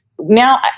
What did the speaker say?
now